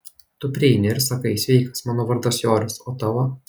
tu prieini ir sakai sveikas mano vardas joris o tavo